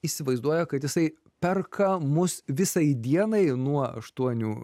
įsivaizduoja kad jisai perka mus visai dienai nuo aštuonių